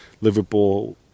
Liverpool